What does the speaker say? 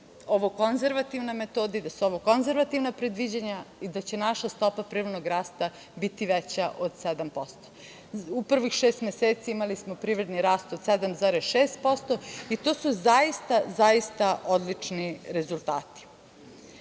ovo konzervativna metoda i da su ovo konzervativna predviđanja i da će naša stopa privrednog rasta biti veća od 7%. U prvih šest meseci smo imali privredni rast od 7,6% i to su zaista odlični rezultati. Ako